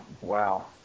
Wow